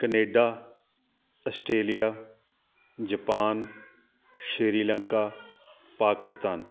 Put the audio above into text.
Canada Australia Japan Sri Lanka Pakistan